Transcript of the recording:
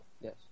Yes